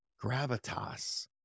gravitas